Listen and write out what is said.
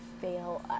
fail